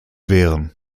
wehren